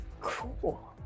Cool